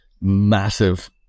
massive